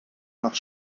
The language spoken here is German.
nach